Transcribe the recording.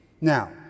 Now